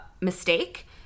mistake